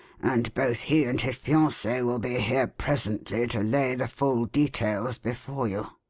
and both he and his fiancee will be here presently to lay the full details before you.